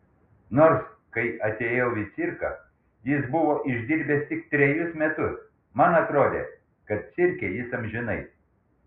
nors kai atėjau į cirką jis buvo išdirbęs tik trejus metus man atrodė kad cirke jis amžinai